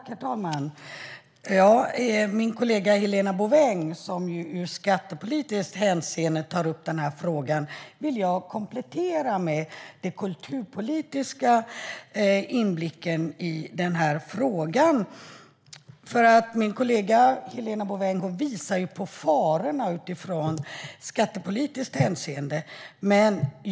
Herr talman! Min kollega Helena Bouveng tar upp den här frågan ur skattepolitiskt hänseende. Jag vill komplettera med den kulturpolitiska inblicken i frågan. Min kollega Helena Bouveng visar på farorna utifrån skattepolitiskt hänseende.